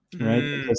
right